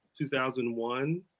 2001